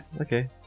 Okay